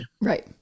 right